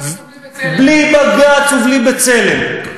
בלי בג"ץ ובלי "בצלם".